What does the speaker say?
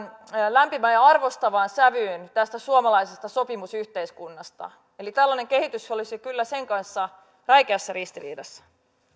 lämpimään ja arvostavaan sävyyn tästä suomalaisesta sopimusyhteiskunnasta tällainen kehitys olisi kyllä sen kanssa räikeässä ristiriidassa